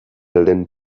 lehen